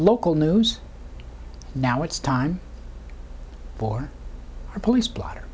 local news now it's time for the police blotter